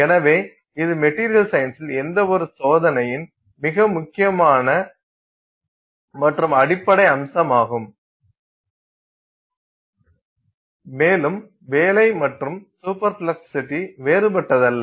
எனவே இது மெட்டீரியல் சயின்ஸ்சில் எந்தவொரு சோதனையின் மிக முக்கியமான மற்றும் அடிப்படை அம்சமாகும் மேலும் வேலை மற்றும் சூப்பர் பிளாஸ்டிசிட்டி வேறுபட்டதல்ல